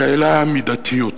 השאלה היא המידתיות.